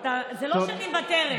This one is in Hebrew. זה לא שאני מוותרת.